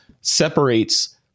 separates